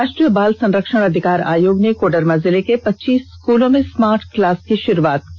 राष्ट्रीय बाल संरक्षण अधिकार आयोग ने कोडरमा जिले के पच्चीस स्कूलों में स्मार्ट क्लास की शुरुआत की जाएगी